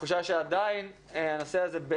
התחושה שעדיין הנושא הזה,